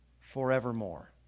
forevermore